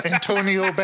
Antonio